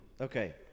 Okay